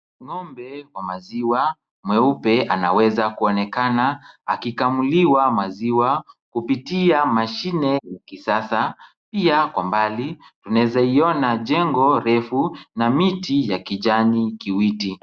Ng'ombe wa maziwa mweupe, anaweza kuonekana akikamuliwa maziwa kupitia mashine ya kisasa. Pia kwa mbali unaweza ione jengo refu na miti ya kijani kiwiti.